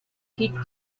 hit